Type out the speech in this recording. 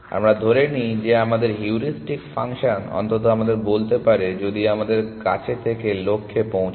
আমরা ধরে নিই যে আমাদের হিউরিস্টিক ফাংশন অন্তত আমাদের বলতে পারে যদি আমাদের কাছে থাকে লক্ষ্যে পৌঁছেছে